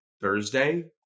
Thursday